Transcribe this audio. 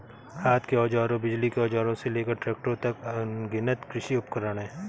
हाथ के औजारों, बिजली के औजारों से लेकर ट्रैक्टरों तक, अनगिनत कृषि उपकरण हैं